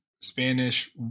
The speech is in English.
Spanish